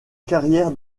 carrière